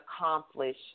accomplish